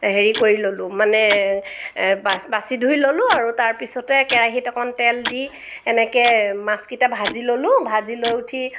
হেৰি কৰি ললোঁ মানে বাছ বাছি ধুই ললোঁ আৰু তাৰপিছতে কেৰাহীত অকণ তেল দি এনেকৈ মাছকেইটা ভাজি ললোঁ ভাজি লৈ উঠি